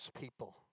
people